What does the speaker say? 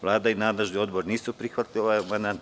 Vlada i nadležni odbor nisu prihvatili ovaj amandman.